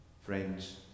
friends